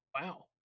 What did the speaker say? Wow